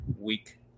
week